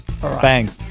Bang